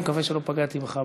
מקווה שלא פגעתי בך,